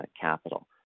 capital